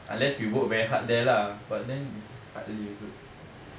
unless you work very hard there lah but then it's hardly also to see